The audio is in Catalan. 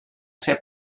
ser